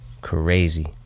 Crazy